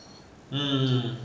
hmm